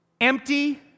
empty